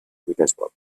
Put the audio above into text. petersburg